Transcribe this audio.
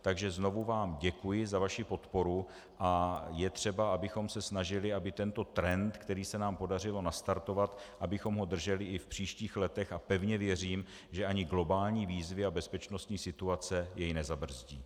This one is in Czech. Takže znovu vám děkuji za vaši podporu a je třeba, abychom se snažili, aby tento trend, který se nám podařilo nastartovat, abychom ho drželi i v příštích letech, a pevně věřím, že ani globální výzvy a bezpečnostní situace jej nezabrzdí.